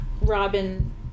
Robin